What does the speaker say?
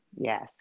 Yes